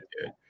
dude